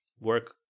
work